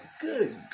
good